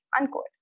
Unquote